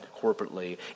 corporately